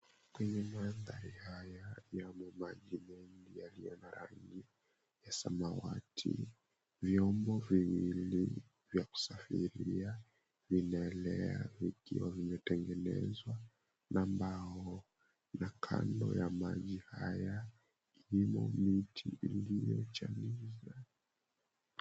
Kwenye maandhari haya kuna maji mengi yaliyo na rangi ya samawati, viombo viwili vya kusafiria vinaelea vikiwa vimetengenezwa na mbao na kando ya maji haya imo miti.